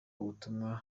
ubutumwa